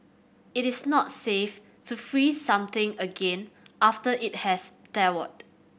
it is not safe to freeze something again after it has thawed